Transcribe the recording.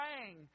praying